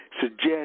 suggest